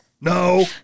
no